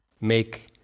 make